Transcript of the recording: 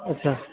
اچھا